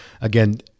again